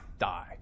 die